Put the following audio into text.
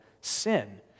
sin